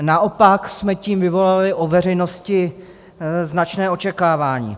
Naopak jsme tím vyvolali u veřejnosti značné očekávání.